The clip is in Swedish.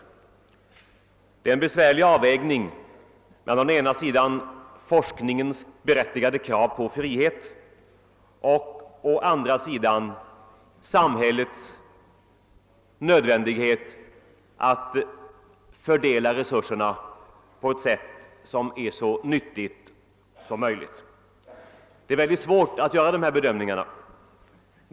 Det gäller en svår avvägning mellan å ena sidan forskningens berättigade krav på frihet och å andra sidan nödvändigheten för samhället att fördela resurserna på ett så nyttigt sätt som möjligt. Att göra dessa bedömningar är mycket svårt.